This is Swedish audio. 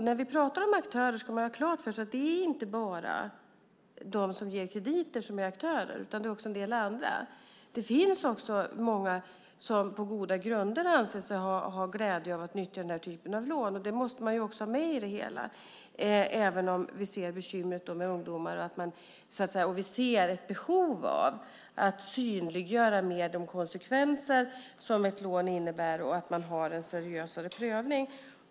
När vi pratar aktörer ska vi ha klart för oss att det inte är bara de som ger krediter som är aktörer utan det finns en del andra. Det finns också många som på goda grunder anser sig ha glädje av att nyttja den typen av lån. Det måste vi också ha med i det hela, även om vi ser bekymret med ungdomar. Vi ser ett behov av att mer synliggöra de konsekvenser ett lån innebär och att ha en seriösare prövning.